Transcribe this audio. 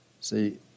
See